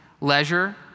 leisure